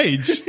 Age